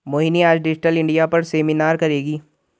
मोहिनी आज digital India पर seminar करेगी